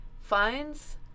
Finds